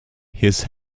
his